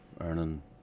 earning